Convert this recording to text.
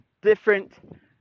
different